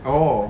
oh